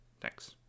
Thanks